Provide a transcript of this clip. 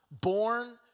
Born